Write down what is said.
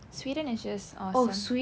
sweden is just awesome